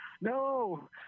no